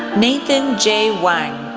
nathan j. wang,